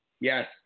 Yes